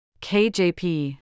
KJP